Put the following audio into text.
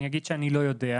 אני אגיד שאני לא יודע,